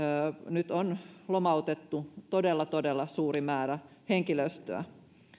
nyt on lomautettu todella todella suuri määrä henkilöstöä